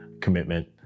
commitment